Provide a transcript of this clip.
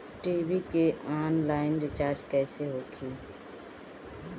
TV के online recharge कैसे होखी?